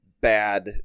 Bad